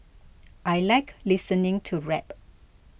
I like listening to rap